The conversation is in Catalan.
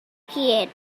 qui